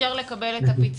יתאפשר לקבל את הפיצוי.